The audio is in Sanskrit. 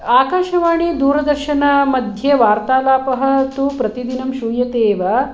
आकाशवाणी दूरदर्शनमध्ये वार्तालापः तु प्रतिदिनं श्रूयते एव